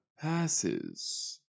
passes